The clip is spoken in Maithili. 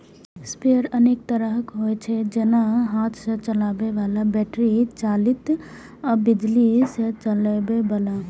स्प्रेयर अनेक तरहक होइ छै, जेना हाथ सं चलबै बला, बैटरी चालित आ बिजली सं चलै बला